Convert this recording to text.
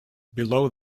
below